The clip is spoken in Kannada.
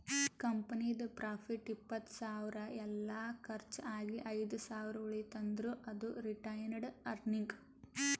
ಕಂಪನಿದು ಪ್ರಾಫಿಟ್ ಇಪ್ಪತ್ತ್ ಸಾವಿರ ಎಲ್ಲಾ ಕರ್ಚ್ ಆಗಿ ಐದ್ ಸಾವಿರ ಉಳಿತಂದ್ರ್ ಅದು ರಿಟೈನ್ಡ್ ಅರ್ನಿಂಗ್